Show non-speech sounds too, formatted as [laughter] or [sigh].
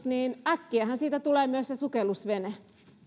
[unintelligible] niin äkkiähän siitä tulee myös sukellusvene